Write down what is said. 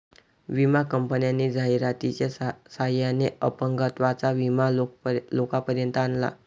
विमा कंपन्यांनी जाहिरातीच्या सहाय्याने अपंगत्वाचा विमा लोकांपर्यंत आणला